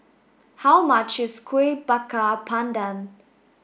how much is Kuih Bakar Pandan